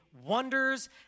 wonders